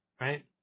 right